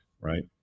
right